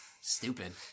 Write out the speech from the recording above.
stupid